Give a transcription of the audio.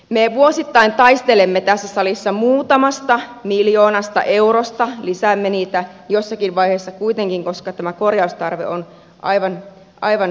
me vuosittain taistelemme tässä salissa muutamasta miljoonasta eurosta lisäämme niitä jossakin vaiheessa kuitenkin koska tämä korjaustarve on aivan ainutlaatuinen